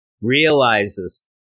realizes